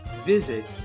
visit